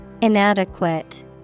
Inadequate